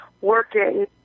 working